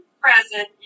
present